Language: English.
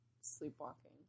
Sleepwalking